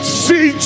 see